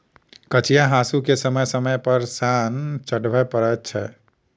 कचिया हासूकेँ समय समय पर सान चढ़बय पड़ैत छै